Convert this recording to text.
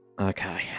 Okay